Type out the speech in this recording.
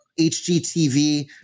HGTV